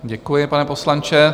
Děkuji, pane poslanče.